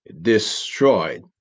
destroyed